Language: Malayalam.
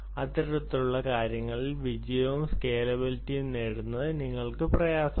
അത്തരത്തിലുള്ള കാര്യങ്ങളിൽ വിജയവും സ്കേലബിളിറ്റിയും നേടുന്നത് നിങ്ങൾക്ക് പ്രയാസമാണ്